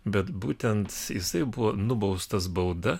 bet būtent jisai buvo nubaustas bauda